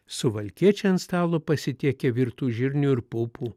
suvalkiečiai ant stalo pasitiekia virtų žirnių ir pupų